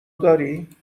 داری